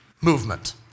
movement